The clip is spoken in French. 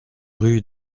rue